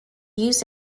used